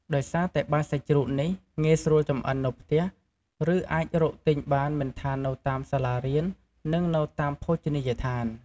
ដោយសារតែបាយសាច់ជ្រូកនេះ ងាយស្រួលចម្អិននៅផ្ទះ ឬអាចរកទិញបានមិនថានៅតាមសាលារៀន និងនៅតាមភោជនីយដ្ឋាន។